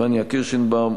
פניה קירשנבאום,